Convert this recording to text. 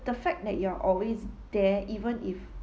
the fact that you're always there even if